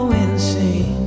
insane